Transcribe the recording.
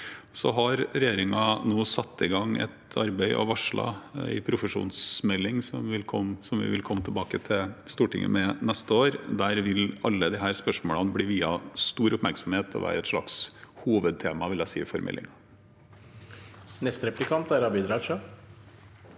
Regjeringen har satt i gang et arbeid og varslet en profesjonsmelding, som vi vil komme til Stortinget med til neste år. Der vil alle disse spørsmålene bli viet stor oppmerksomhet og være et slags hovedtema for meldingen.